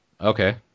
Okay